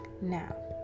Now